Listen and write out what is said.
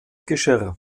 geschirr